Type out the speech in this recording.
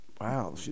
Wow